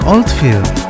Oldfield